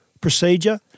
procedure –